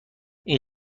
این